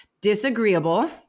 disagreeable